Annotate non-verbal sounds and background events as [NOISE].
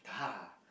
[LAUGHS]